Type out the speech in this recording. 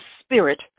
spirit